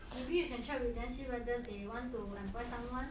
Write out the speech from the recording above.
maybe you can check with them see wheather they want to apply someone